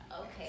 Okay